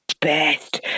best